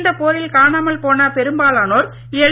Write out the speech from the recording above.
இந்த போரில் காணாமல் போன பெரும்பாலானோர் எல்